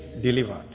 delivered